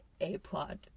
A-plot